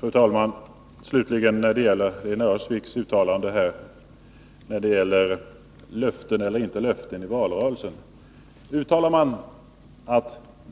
Fru talman! Lena Öhrsvik gjorde ett uttalande här om löften eller inte löften i valrörelsen. Men om